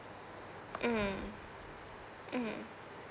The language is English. mm mm